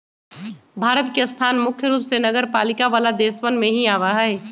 भारत के स्थान मुख्य रूप से नगरपालिका वाला देशवन में ही आवा हई